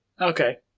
Okay